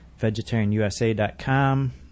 vegetarianusa.com